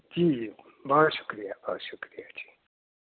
جی جی بہت شکریہ بہت شکریہ جی